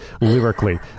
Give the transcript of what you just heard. lyrically